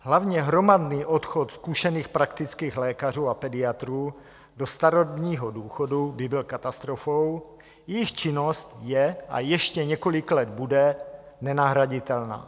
Hlavně hromadný odchod zkušených praktických lékařů a pediatrů do starobního důchodu by byl katastrofou, jejich činnost je a ještě několik let bude nenahraditelná.